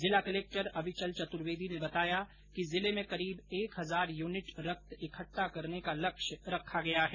जिला कलेक्टर अविचल चतुर्वेदी ने बताया कि जिले में करीब एक हजार यूनिट रक्त एकत्रित करने का लक्ष्य रखा गया है